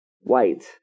white